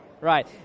right